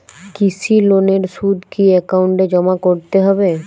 কৃষি লোনের সুদ কি একাউন্টে জমা করতে হবে?